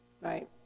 right